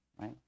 right